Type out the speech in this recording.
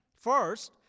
First